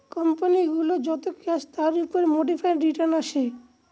company গুলোর যত cash তার উপর মোডিফাইড রিটার্ন আসে